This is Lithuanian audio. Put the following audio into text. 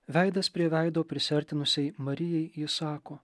veidas prie veido prisiartinusiai marijai jis sako